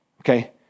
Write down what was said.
okay